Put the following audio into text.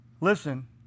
Listen